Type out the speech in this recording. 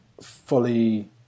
fully